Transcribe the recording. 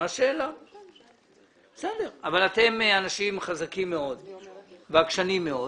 אתם אנשים חזקים מאוד ועקשנים מאוד